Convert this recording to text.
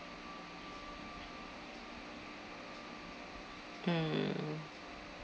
mm